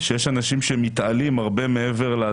שיש אנשים שמתעלים הרבה מעבר.